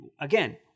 again